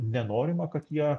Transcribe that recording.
nenorima kad jie